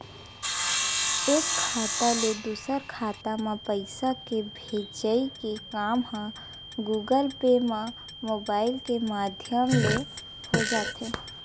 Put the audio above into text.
एक खाता ले दूसर खाता म पइसा के भेजई के काम ह गुगल पे म मुबाइल के माधियम ले हो जाथे